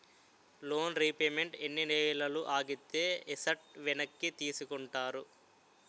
Loan repayment ఎన్ని నెలలు ఆగితే ఎసట్ వెనక్కి తీసుకుంటారు?